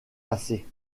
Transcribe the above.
passer